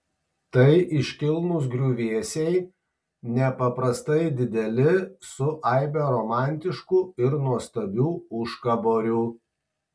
tai iškilnūs griuvėsiai nepaprastai dideli su aibe romantiškų ir nuostabių užkaborių